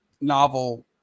novel